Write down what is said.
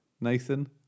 Nathan